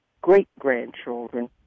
great-grandchildren